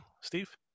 Steve